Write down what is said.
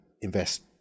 invest